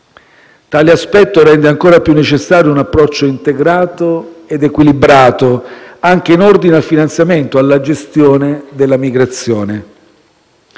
Tale aspetto rende ancora più necessario un approccio integrato ed equilibrato, anche in ordine al finanziamento e alla gestione della migrazione.